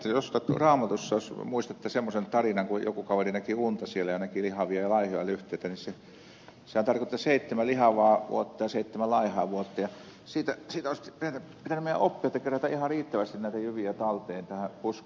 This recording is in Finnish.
jos muistatte raamatusta semmoisen tarinan kun joku kaveri näki unta siellä ja näki lihavia ja laihoja lyhteitä niin sehän tarkoitti seitsemää lihavaa vuotta ja seitsemää laihaa vuotta ja siitä meidän olisi pitänyt oppia että kerätään ihan riittävästi näitä jyviä talteen tähän puskuriin